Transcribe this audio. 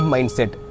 Mindset